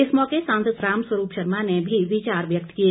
इस मौके सांसद रामस्वरूप शर्मा ने भी विचार व्यक्त किए